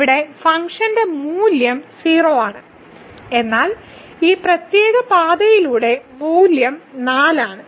ഇവിടെ ഫംഗ്ഷൻ മൂല്യം 0 ആണ് എന്നാൽ ഈ പ്രത്യേക പാതയിലൂടെ മൂല്യം 4 ആണ്